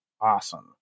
awesome